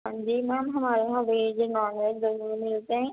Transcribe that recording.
ہاں جی میم ہمارے یہاں ویج نان ویج دونوں ملتے ہیں